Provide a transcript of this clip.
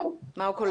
מה הוא כולל?